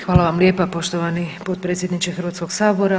Hvala vam lijepa poštovani potpredsjedniče Hrvatskog sabora.